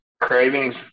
Cravings